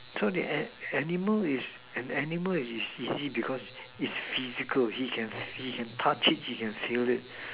so the an~ animal is an animal is easy because it's physical he can he can touch it he can feel it